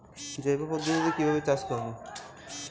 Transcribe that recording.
জৈব পদ্ধতিতে কিভাবে চাষ করব?